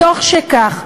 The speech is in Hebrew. מתוך שכך,